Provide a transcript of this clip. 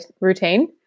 routine